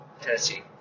Tennessee